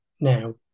now